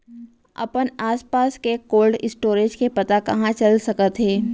अपन आसपास के कोल्ड स्टोरेज के पता कहाँ चल सकत हे?